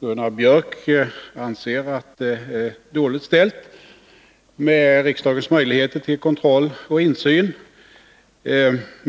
Gunnar Biörck i Värmdö anser att det är dåligt ställt med riksdagens möjligheter till kontroll och insyn.